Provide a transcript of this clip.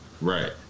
Right